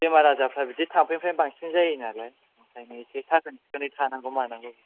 बेमार आजारफ्रा बिदिनो थाम्फैनिफ्राय बांसिन जायो नालाय ओंखायनो एसे साखोन सिखोनै थानांगौ मानांगौ